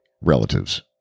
relatives